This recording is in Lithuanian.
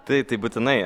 tai tai būtinai